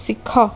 ଶିଖ